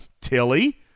Tilly